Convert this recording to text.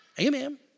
Amen